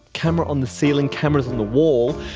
camera on the ceiling, cameras on the wall,